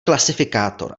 klasifikátor